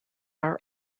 are